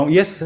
Yes